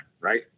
right